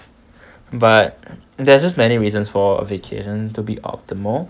but there's many reasons for a vacation to be optimal